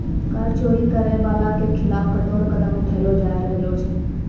कर चोरी करै बाला के खिलाफ कठोर कदम उठैलो जाय रहलो छै